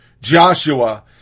Joshua